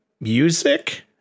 Music